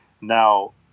now